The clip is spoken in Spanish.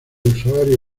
usuario